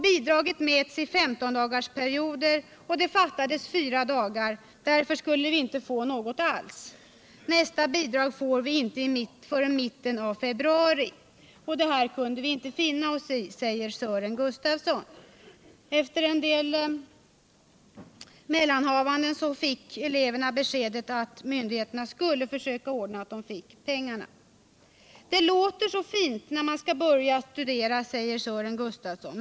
Bidraget mäts i 15-dagarsperioder och det fattades fyra dagar, därför skulle vi inte få något alls. Nästa bidrag får vi inte förrän i mitten av februari! Det här kunde vi inte finna oss i, säger Sören Gustafsson.” Efter en del mellanhavanden fick eleverna besked om att myndigheterna skulle försöka ordna så att de fick pengarna. ”— Det låter så fint när man ska börja studera, säger Sören Gustafsson.